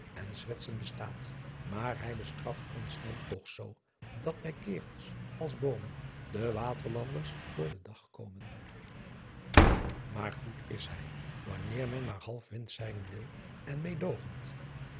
en zwetsen bestaat maar hij bestraft ons dan toch zoo dat bij karels als boomen de waterlanders voor den dag komen aar goed is hij wanneer men maar half wind zeilen wil en